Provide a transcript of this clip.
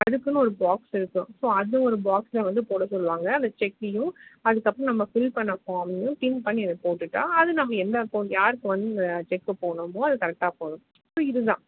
அதுக்குனு ஒரு பாக்ஸ் இருக்கும் ஸோ அதை ஒரு பாக்ஸில் வந்து போட சொல்லுவாங்க அந்த செக்கையும் அதுக்கப்புறம் நம்ம ஃபில் பண்ண ஃபார்ம்மையும் பின் பண்ணி அதில் போட்டுட்டால் அது நம்ம எந்த அகௌண்ட் யாருக்கு வந்து இந்த செக் போகணுமோ அது கரெக்டாக போகும் ஸோ இதுதான்